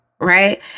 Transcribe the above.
right